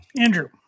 Andrew